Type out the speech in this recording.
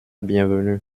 bienvenue